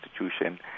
institution